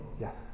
Yes